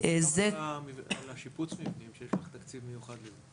תדברי גם על השיפוצים שיש לך תקציב מיוחד לזה.